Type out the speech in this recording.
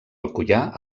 alcoià